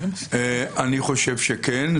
אני חושב שכן.